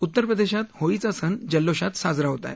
उत्तरप्रदेशात होळीचा सण जल्लोषात साजरा होत आहे